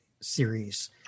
series